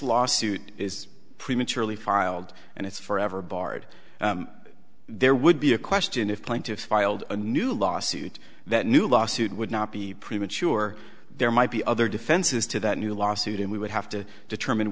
lawsuit is prematurely filed and it's forever barred there would be a question if plaintiffs filed a new lawsuit that new lawsuit would not be premature there might be other defenses to that new lawsuit and we would have to determine